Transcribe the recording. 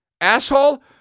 asshole